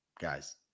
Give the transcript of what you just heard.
guys